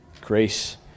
Grace